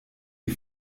die